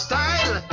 Style